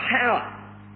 power